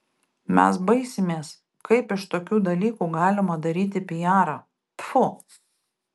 mes baisimės kaip iš tokių dalykų galima daryti pijarą tfu